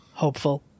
hopeful